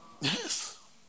Yes